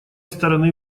стороны